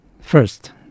first